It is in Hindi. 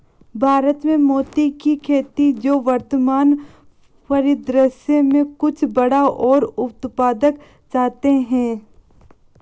भारत में मोती की खेती जो वर्तमान परिदृश्य में कुछ बड़ा और उत्पादक चाहते हैं